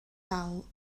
dal